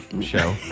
show